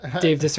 Dave